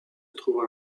trouvent